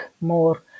more